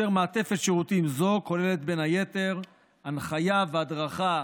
מעטפת השירותים כוללת בין היתר הנחיה והדרכה